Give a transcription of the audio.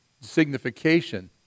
Signification